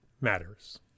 Matters